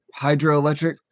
hydroelectric